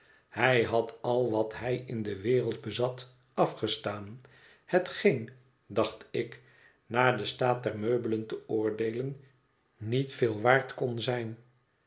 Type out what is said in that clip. hij had al wat hij in de wereld bezat afgestaan hetgeen dacht ik naar den staat der meubelen te oordeelen niet veel waard kon zijn